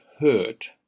hurt